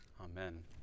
Amen